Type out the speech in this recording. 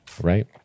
right